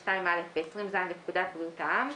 (2)(א) ו-20ז לפקודת בריאות העם,